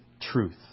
truth